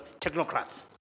technocrats